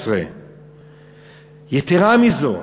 2011. יתרה מזאת,